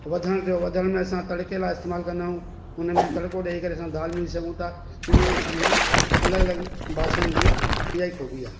वधण थेयो वधण में असां तड़िके लाइ इस्तेमालु कंदाऊं हुननि में तड़िको ॾेई करे असां दालि विझी सघूं था ईअं असांजे अलॻि अलॻि बासण जी इहा ई ख़ूबी आहे